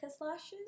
lashes